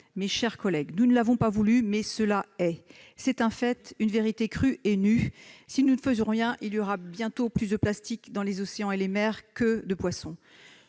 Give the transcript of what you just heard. Préville. Nous ne l'avons pas voulu, mais c'est un fait, une vérité crue et nue : si nous ne faisons rien, il y aura bientôt plus de plastiques dans les océans et les mers que de poissons.